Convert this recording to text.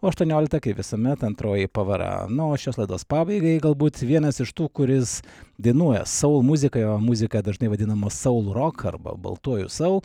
o aštuonioliktą kaip visuomet antroji pavara na o šios laidos pabaigai galbūt vienas iš tų kuris dainuoja soul muziką jo muzika dažnai vadinama soul rok arba baltuoju soul